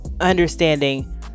understanding